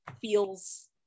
feels